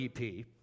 EP